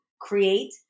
create